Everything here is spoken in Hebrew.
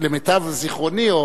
אבל למיטב זיכרוני,